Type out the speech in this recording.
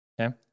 Okay